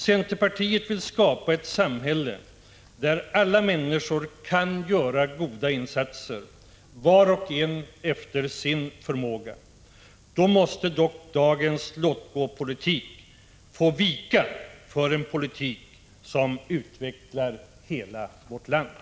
Centerpartiet vill skapa ett samhälle där alla människor kan göra goda insatser var och efter sin förmåga. Då måste dock dagens låt-gå-politik få vika för en politik som utvecklar hela vårt land!